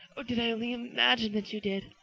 or did i only imagine that you did?